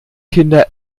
kinder